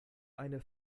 eine